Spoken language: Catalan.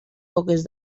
poques